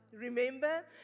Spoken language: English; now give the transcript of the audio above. Remember